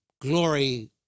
glory